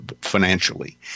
financially